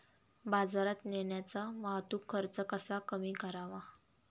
बाजारात नेण्याचा वाहतूक खर्च कसा कमी करावा?